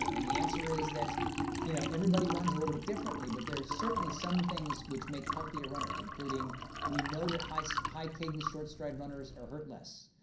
and the answer is that you know everybody runs a little bit differently, but there are certainly some things which make healthier runners, including we know that high so high cadence, short stride runners are hurt less.